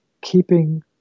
keeping